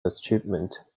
achievement